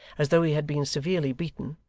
as though he had been severely beaten,